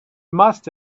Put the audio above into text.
must